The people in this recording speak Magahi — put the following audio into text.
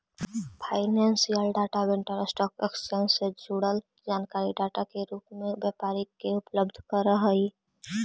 financial data vendor stock exchange से जुड़ल जानकारी डाटा के रूप में व्यापारी के उपलब्ध करऽ हई